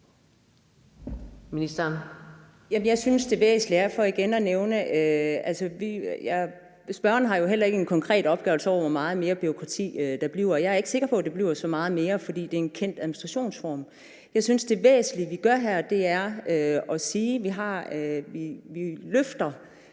(Mette Kierkgaard): Spørgeren har jo heller ikke en konkret opgørelse over, hvor meget mere bureaukrati der bliver, og jeg er ikke sikker på, at der bliver så meget mere, fordi det er en kendt administrationsform. Jeg synes, at det væsentlige, vi gør her, er, at vi løfter